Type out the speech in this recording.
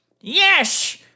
Yes